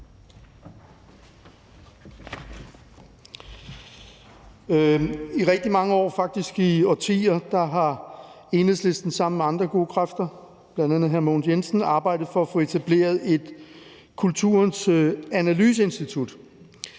I rigtig mange år, faktisk i årtier, har Enhedslisten sammen med andre gode kræfter, bl.a. hr. Mogens Jensen, arbejdet for at få etableret et analyseinstitut